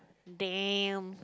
damn